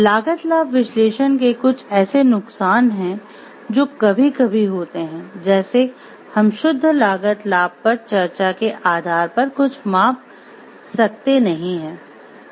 लागत लाभ विश्लेषण के कुछ ऐसे नुकसान हैं जो कभी कभी होते हैं जैसे हम शुद्ध लागत लाभ पर चर्चा के आधार पर कुछ माप सकते नहीं हैं